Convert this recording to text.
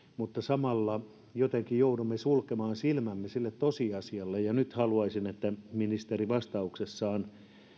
mutta samalla jotenkin joudumme sulkemaan silmämme siltä tosiasialta ja nyt haluaisin että ministeri vastauksessaan